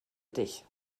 dich